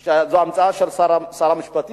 שזו המצאה של שר המשפטים,